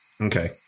Okay